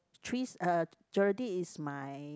three uh Geraldine is my